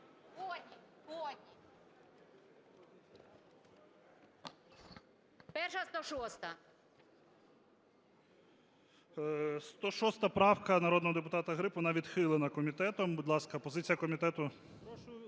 ГОЛОВУЮЧИЙ. 106 правка народного депутата Гриб, вона відхилена комітетом. Будь ласка, позиція комітету.